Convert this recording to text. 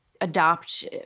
adopt